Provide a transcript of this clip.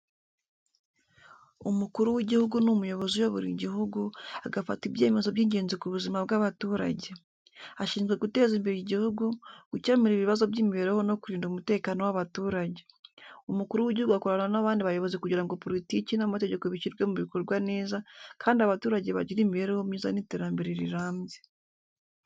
Umukuru w’igihugu ni umuntu uyobora igihugu, agafata ibyemezo by’ingenzi ku buzima bw’abaturage. Ashinzwe guteza imbere igihugu, gukemura ibibazo by’imibereho no kurinda umutekano w’abaturage. Umukuru w’igihugu akorana n’abandi bayobozi kugira ngo politiki n’amategeko bishyirwe mu bikorwa neza kandi abaturage bagire imibereho myiza n’iterambere rirambye.